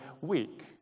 week